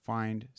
find